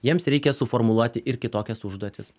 jiems reikia suformuluoti ir kitokias užduotis